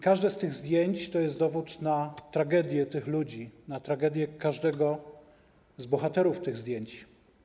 Każde z tych zdjęć jest dowodem na tragedię tych ludzi, na tragedię każdego bohatera tych zdjęć.